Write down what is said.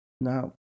Now